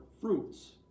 fruits